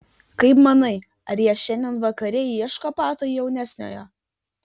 kaip manai ar jie šiandien vakare ieško pato jaunesniojo